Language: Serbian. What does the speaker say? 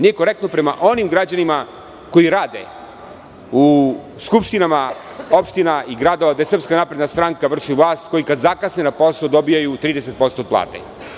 Nije korektno prema onim građanima koji rade u skupštinama opština i gradova gde SNS vrši vlast, koji kad zakasne na posao dobijaju 30% od plate.